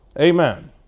Amen